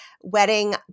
wedding